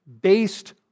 based